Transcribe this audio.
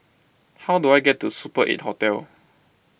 how do I get to Super eight Hotel